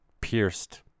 pierced